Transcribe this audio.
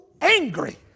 angry